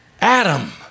Adam